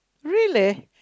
really